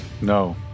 No